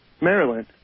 Maryland